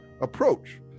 approach